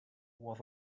was